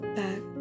back